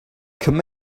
come